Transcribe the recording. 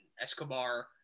Escobar